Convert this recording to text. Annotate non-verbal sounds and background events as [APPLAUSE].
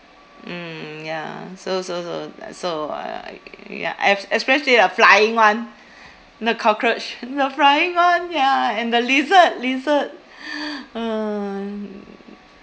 mm ya so so so uh so uh ya es~ especially the flying [one] the cockroach the flying [one] ya and the lizard lizard [BREATH] [NOISE]